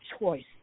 choice